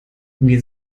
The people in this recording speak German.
wir